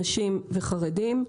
נשים וחרדים.